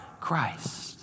Christ